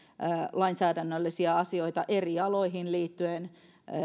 lainsäädännöllisiä asioita eri aloihin liittyen